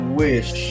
wish